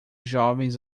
jovens